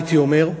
הייתי אומר.